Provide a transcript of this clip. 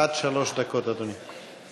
עד שלוש דקות, אדוני.